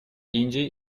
индии